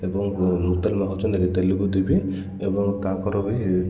ଏବଂ ମୁତଲ ମା ହଉଛନ୍ତି ତେଲୁଗୁ ଦେବୀ ଏବଂ ତାଙ୍କର ବି